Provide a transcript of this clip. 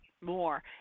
more